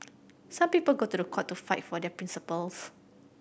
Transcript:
some people go to the court to fight for their principles